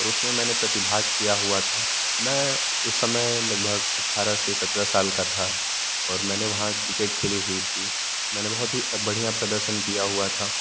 और उसमें मैंने प्रतिभाग किया हुआ था मैं उस समय लगभग अठारह से सत्रह साल का था और मैंने वहाँ क्रिकेट खेली हुई थी मैंने बहुत ही बढ़िया प्रदर्शन किया हुआ था